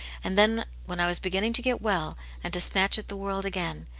and then when i was begin ning to get well and to snatch at the world again,